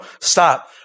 Stop